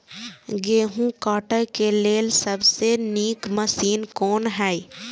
गेहूँ काटय के लेल सबसे नीक मशीन कोन हय?